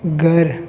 घर